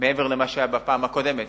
מעבר למה שהיה בפעם הקודמת.